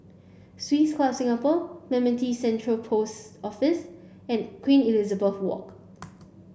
Swiss Club Singapore Clementi Central Post Office and Queen Elizabeth Walk